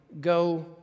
go